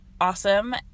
awesome